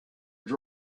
just